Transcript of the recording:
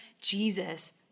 Jesus